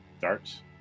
Darts